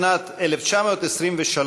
משנת 1923,